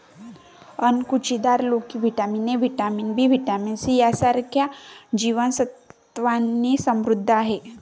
अणकुचीदार लोकी vitamin A, vitamin B, vitamin C यांसारख्या जीवन सत्त्वांनी समृद्ध आहे